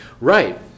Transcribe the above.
Right